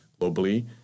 globally